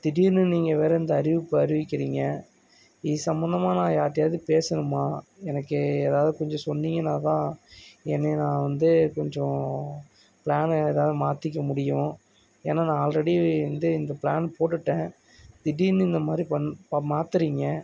திடீர்னு நீங்கள் வேற இந்த அறிவிப்பை அறிவிக்கிறீங்கள் இது சம்பந்தமா நான் யார்ட்டையாவது பேசணுமா எனக்கு ஏதாவது கொஞ்சம் சொன்னீங்கனால் தான் இனி நான் வந்து கொஞ்சம் ப்ளானை ஏதாவது மாற்றிக்க முடியும் ஏன்னால் நான் ஆல்ரெடி வந்து இந்த ப்ளான் போட்டுட்டேன் திடீர்னு இந்த மாதிரி பண் ப மாற்றுறீங்க